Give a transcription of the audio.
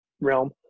realm